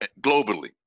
Globally